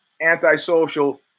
antisocial